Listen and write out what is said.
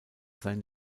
sein